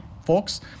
Folks